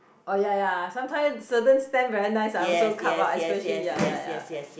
oh ya ya sometime certain stamps very nice I also cut out especially ya ya ya